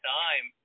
time